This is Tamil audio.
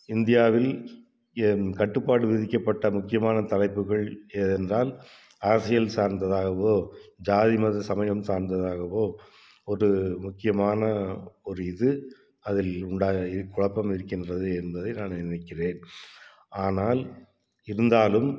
இந்தியாவில் என் கட்டுப்பாடு விதிக்கப்பட்ட முக்கியமான தலைப்புகள் எதென்றால் அரசியல் சார்ந்ததாகவோ ஜாதி மதம் சமயம் சார்ந்ததாகவோ ஒரு முக்கியமான ஒரு இது அதில் உண்டாக இ குழப்பம் இருக்கின்றது என்பதை நான் நினைக்கிறேன் ஆனால் இருந்தாலும்